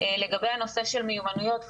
לגבי הנושא של מיומנויות,